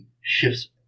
shifts